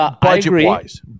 budget-wise